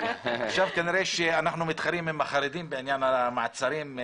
כנראה אנחנו עכשיו מתחרים עם החרדים בעניין המעצרים.